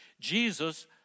Jesus